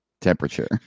temperature